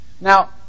Now